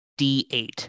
d8